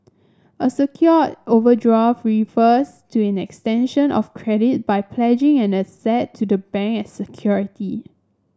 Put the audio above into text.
a secured overdraft refers to an extension of credit by pledging an asset to the bank as security